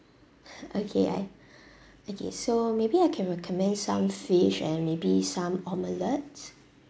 okay I okay so maybe I can recommend some fish and maybe some omelettes